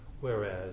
whereas